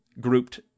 grouped